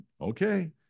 Okay